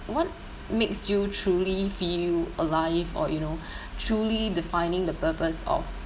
what makes you truly feel alive or you know truly defining the purpose of